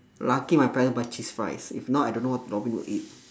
lucky my parents buy cheese fries if not I don't know what robin will eat